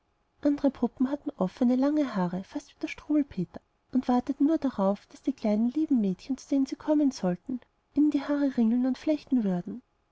andere puppen hatten offne lange haare fast wie der struwelpeter und warteten nur darauf daß die kleinen lieben mädchen zu denen sie kommen sollten ihnen die haare ringeln oder flechten würden